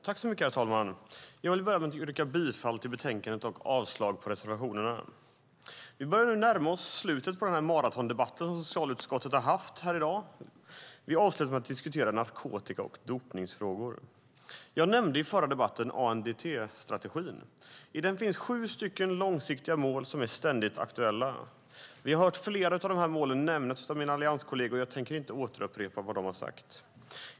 Herr talman! Jag vill börja med att yrka bifall till förslaget i betänkandet och avslag på reservationerna. Vi börjar nu närma oss slutet av den maratondebatt som socialutskottet har haft i dag. Vi avslutar med att diskutera narkotika och dopningsfrågor. Jag nämnde i förra debatten ANDT-strategin. I den finns sju långsiktiga mål som är ständigt aktuella. Vi har hört flera av målen nämnas av mina allianskolleger, och jag tänker inte upprepa vad de har sagt.